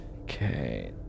okay